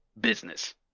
business